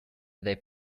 they